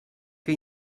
que